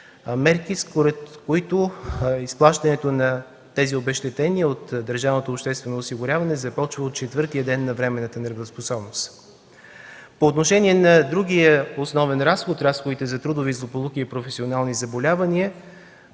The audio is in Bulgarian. мерки, според които изплащането на тези обезщетения от държавното обществено осигуряване започна от четвъртия ден на временната нетрудоспособност. По отношение на другия основен разход – разходите за трудови злополуки и професионални заболявания,